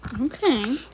Okay